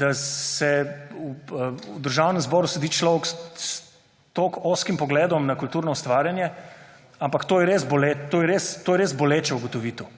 da v Državnem zboru sedi človek s tako ozkim pogledom na kulturno ustvarjanje, ampak to je res boleča ugotovitev